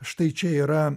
štai čia yra